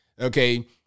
Okay